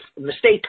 mistake